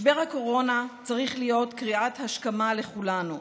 משבר הקורונה צריך להיות קריאת השכמה לכולנו,